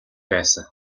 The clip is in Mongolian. байсан